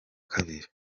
kabiri